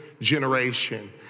generation